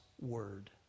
word